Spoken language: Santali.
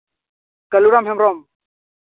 ᱠᱟᱹᱞᱩᱨᱟᱢ ᱦᱮᱢᱵᱨᱚᱢ